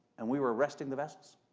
and we were arresting the vessels,